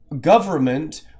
government